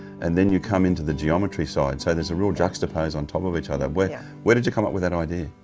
and then you come into the geometry side. so there's a real juxtapose on top of each other. where yeah where did you come up with that idea?